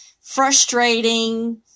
frustrating